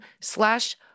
slash